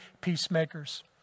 peacemakers